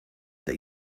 that